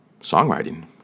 songwriting